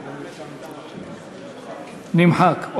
נמחק.